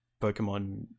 Pokemon